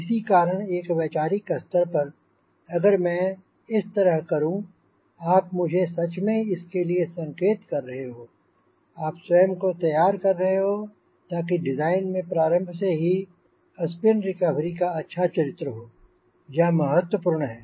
इसी कारण एक वैचारिक स्तर पर अगर मैं इस तरह करूँ आप मुझे सच में इसके लिए संकेत कर रहे हो आप स्वयं को तैयार कर रहे हो ताकि डिजाइन में प्रारंभ से स्पिन रिकवरी का अच्छा चरित्र हो यह महत्वपूर्ण है